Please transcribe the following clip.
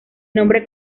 nombre